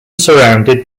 surrounded